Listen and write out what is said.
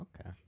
okay